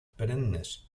perennes